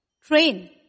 train